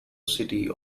city